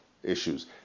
Issues